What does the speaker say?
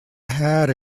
hat